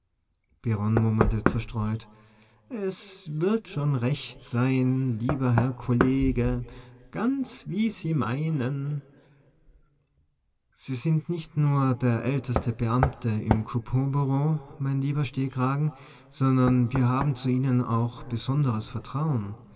murmelte zerstreut es wird schon recht sein lieber herr kollege ganz wie sie meinen sie sind nicht nur der älteste beamte im couponbureau mein lieber stehkragen sondern wir haben zu ihnen auch besonderes vertrauen